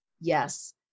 Yes